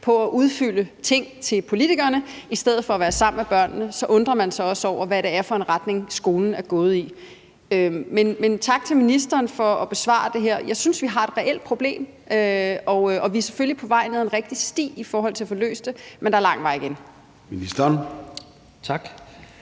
på at udfylde ting til politikerne i stedet for at være sammen med børnene, så undrer man sig også over, hvad det er for en retning, skolen er gået i. Men tak til ministeren for at besvare det her. Jeg synes, vi har et reelt problem. Vi er selvfølgelig på vej ned ad en rigtig sti i forhold til at få løst det, men der er lang vej igen. Kl.